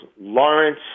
Lawrence